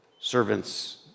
servants